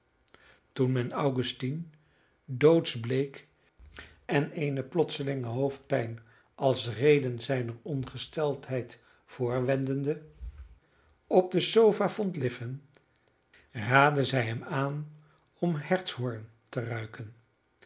toen men augustine doodsbleek en eene plotselinge hoofdpijn als reden zijner ongesteldheid voorwendende op de sofa vond liggen raadde zij hem aan om hertshoorn te ruiken